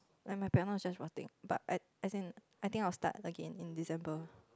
ya my piano is just rotting but I as in I think I will start again in December